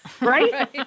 right